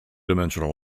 dimensional